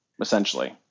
essentially